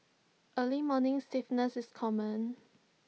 early morning stiffness is common